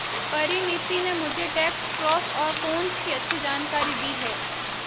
परिनीति ने मुझे tax pros और कोन्स की अच्छी जानकारी दी है